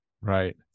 right